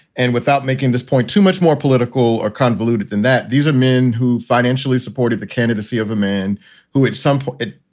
and without making this point too much more political or convoluted than that. these are men who financially supported the candidacy of a man who at some point,